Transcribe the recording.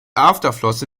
afterflosse